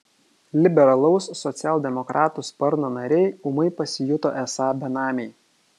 liberalaus socialdemokratų sparno nariai ūmai pasijuto esą benamiai